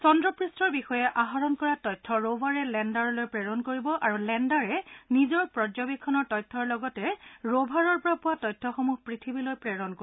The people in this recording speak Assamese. চন্দ্ৰপৃষ্ঠৰ বিষয়ে আহৰণ কৰা তথ্য ৰভাৰে লেণ্ডাৰলৈ প্ৰেৰণ কৰিব আৰু লেণ্ডাৰে নিজৰ পৰ্যবেক্ষণৰ তথ্যৰ লগতে ৰ ্ভাৰৰ পৰা পোৱা তথ্য সমূহ পৃথিৱীলৈ প্ৰেৰণ কৰিব